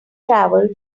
travel